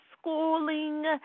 schooling